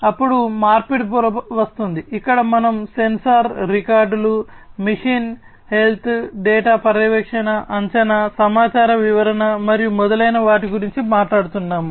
అప్పుడు మార్పిడి పొర వస్తుంది ఇక్కడ మనం సెన్సార్ రికార్డులు మెషిన్ హెల్త్ డేటా పర్యవేక్షణ అంచనా సమాచార వివరణ మరియు మొదలైన వాటి గురించి మాట్లాడుతున్నాము